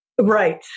Right